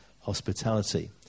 hospitality